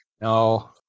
No